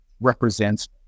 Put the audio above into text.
represents